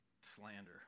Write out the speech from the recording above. Slander